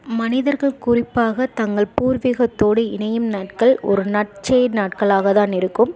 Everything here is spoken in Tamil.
மனிதர்கள் குறிப்பாக தங்கள் பூர்வீகத்தோடு இணையும் நாட்கள் ஒரு நட்செயல் நாட்களாக தான் இருக்கும்